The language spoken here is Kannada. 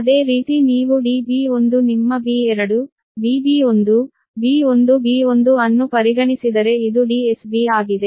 ಅದೇ ರೀತಿ ನೀವು db1 ನಿಮ್ಮ b2 bb1 b1b1 ಅನ್ನು ಪರಿಗಣಿಸಿದರೆ ಇದು DSB ಆಗಿದೆ